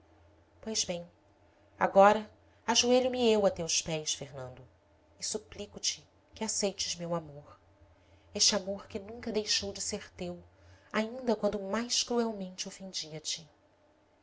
pois bem agora ajoelho me eu a teus pés fernando e suplico te que aceites meu amor este amor que nunca deixou de ser teu ainda quando mais cruelmente ofendia te